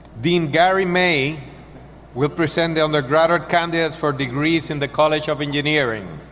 dean gary may will present the undergraduates candidates for degrees in the college of engineering.